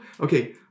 Okay